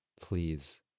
Please